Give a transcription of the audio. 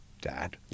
dad